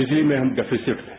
बिजली में हम डेफिसिएट थे